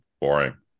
boring